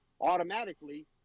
automatically